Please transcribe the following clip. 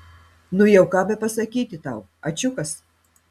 nu jau ką bepasakyti tau ačiukas